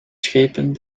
schepen